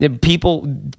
People